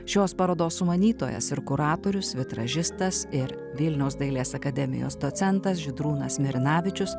šios parodos sumanytojas ir kuratorius vitražistas ir vilniaus dailės akademijos docentas žydrūnas mirinavičius